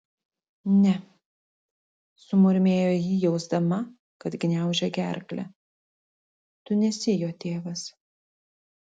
ne sumurmėjo ji jausdama kad gniaužia gerklę tu nesi jo tėvas